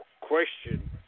question